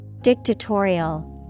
Dictatorial